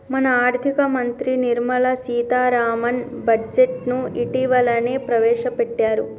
మన ఆర్థిక మంత్రి నిర్మల సీతారామన్ బడ్జెట్ను ఇటీవలనే ప్రవేశపెట్టారు